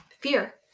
fear